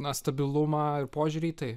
na stabilumą ir požiūrį tai